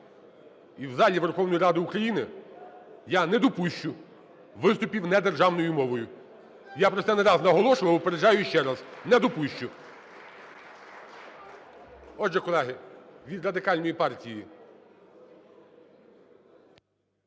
І в залі Верховної Ради України я не допущу виступів не державною мовою. Я про це не раз наголошував, попереджаю ще раз: не допущу. Отже, колеги, від Радикальної